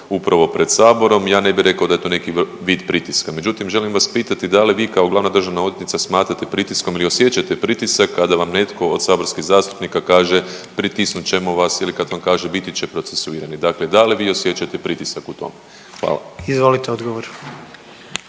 upravo pred Saborom, ja ne bih rekao da je to neki vid pritiska, međutim, želim vas pitati da li vi kao glavna državna odvjetnica smatrate pritiskom ili osjećate pritisak kada vam netko od saborskih zastupnika kaže, pritisnut ćemo vas ili kad vam kaže biti će procesuirani? Dakle da li vi osjećate pritisak u tom? Hvala. **Jandroković,